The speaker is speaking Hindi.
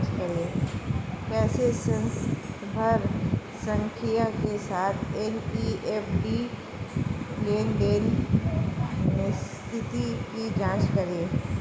कैसे संदर्भ संख्या के साथ एन.ई.एफ.टी लेनदेन स्थिति की जांच करें?